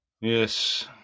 Yes